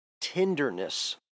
tenderness